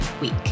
week